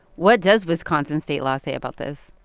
what does wisconsin state law say about this?